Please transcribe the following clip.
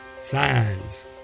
Signs